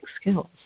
skills